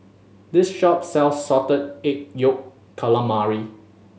this shop sells Salted Egg Yolk Calamari